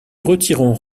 retirons